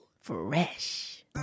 Fresh